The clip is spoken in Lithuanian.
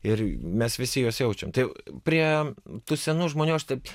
ir mes visi juos jaučiam tai prie tų senų žmonių aš taip